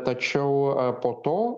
tačiau po to